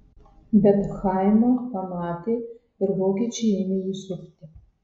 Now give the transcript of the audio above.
bet chaimą pamatė ir vokiečiai ėmė jį supti